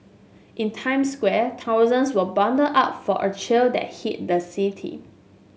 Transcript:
in Times Square thousands were bundled up for a chill that hit the city